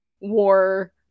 war